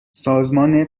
سازمان